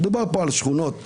מדובר פה על שכונות גדולות.